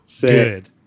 good